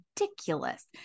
ridiculous